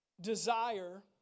desire